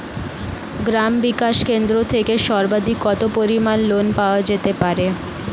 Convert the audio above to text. গ্রাম বিকাশ কেন্দ্র থেকে সর্বাধিক কত পরিমান লোন পাওয়া যেতে পারে?